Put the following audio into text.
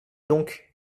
donc